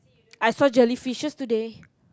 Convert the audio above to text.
I saw jellyfishes today